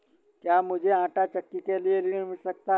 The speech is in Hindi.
क्या मूझे आंटा चक्की के लिए ऋण मिल सकता है?